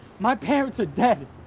my parents are dead.